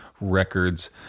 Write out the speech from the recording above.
records